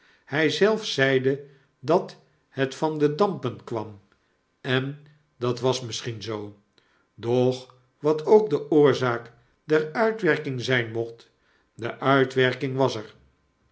hg zelf zeide dat het van de dampen kwam en dat was misschien zoo doch wat ook de oorzaak der uitwerking zfln mocht de uitwerking was er